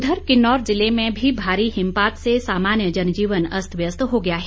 उधर किन्नौर ज़िले में भी भारी हिमपात से सामान्य जनजीवन अस्त व्यस्त हो गया है